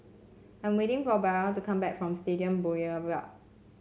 I'm waiting for Belva to come back from Stadium Boulevard